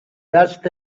دست